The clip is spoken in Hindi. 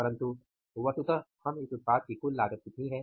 परन्तु वस्तुतः अब इस उत्पाद की कुल लागत कितनी है